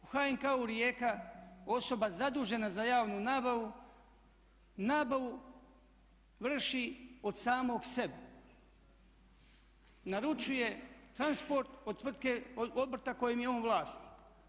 U HNK-u Rijeka osoba zadužena za javnu nabavu vrši od samog sebe, naručuje transport od tvrtke od obrta kojem je on vlasnik.